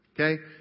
Okay